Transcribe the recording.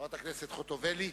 חברת הכנסת חוטובלי,